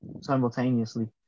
simultaneously